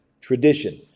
tradition